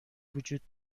وجود